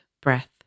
breath